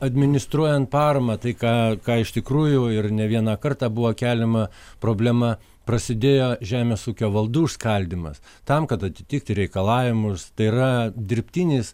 administruojant paramą tai ką ką iš tikrųjų ir ne vieną kartą buvo keliama problema prasidėjo žemės ūkio valdų skaldymas tam kad atitikti reikalavimus tai yra dirbtinis